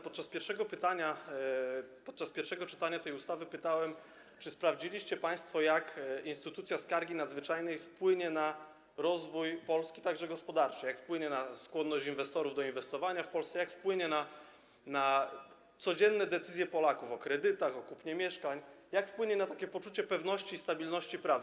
Podczas pierwszego czytania tej ustawy pytałem, czy sprawdziliście państwo, jak instytucja skargi nadzwyczajnej wpłynie na rozwój Polski także gospodarczy, jak wpłynie na skłonność inwestorów do inwestowania w Polsce, jak wpłynie na codzienne decyzje Polaków o kredytach, o kupnie mieszkań, jak wpłynie na poczucie pewności i stabilności prawa.